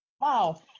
Wow